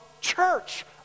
church